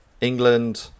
England